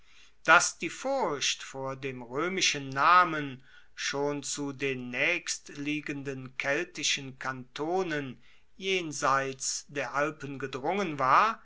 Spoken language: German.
dass die furcht vor dem roemischen namen schon zu den naechstliegenden keltischen kantonen jenseits der alpen gedrungen war